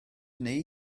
wnei